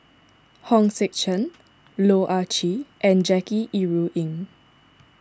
Hong Sek Chern Loh Ah Chee and Jackie Yi Ru Ying